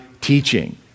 teaching